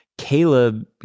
Caleb